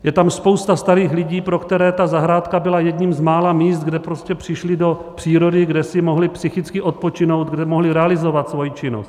Je tam spousta starých lidí, pro které ta zahrádka byla jedním z mála míst, kde přišli do přírody, kde si mohli psychicky odpočinout, kde mohli realizovat svoji činnost.